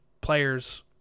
players